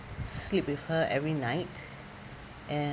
sleep with her every night and